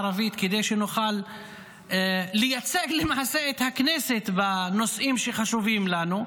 הערבית כדי שנוכל לייצג למעשה את הכנסת בנושאים שחשובים לנו.